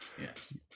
Yes